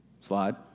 Slide